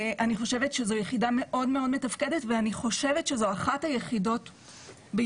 אני חושבת שזו יחידה מאוד מתפקדת ואני חושבת שזו אחת היחידות בירושלים,